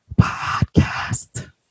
podcast